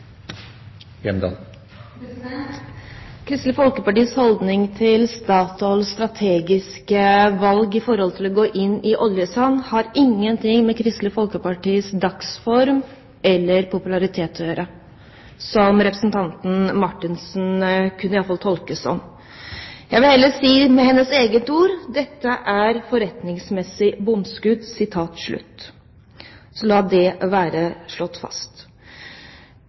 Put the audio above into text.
Kristelig Folkepartis holdning til Statoils strategiske valg om å gå inn i oljesandvirksomhet, har ingen ting med Kristelig Folkepartis dagsform eller popularitet å gjøre – slik kunne i hvert fall representanten Marthinsen tolkes. Jeg vil heller si med hennes egne ord at «dette er et forretningsmessig bomskudd.» Så la det være slått fast.